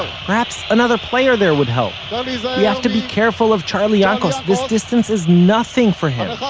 perhaps another player there would help. we have to be careful of charlie yankos! this distance is nothing for him.